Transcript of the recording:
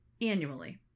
annually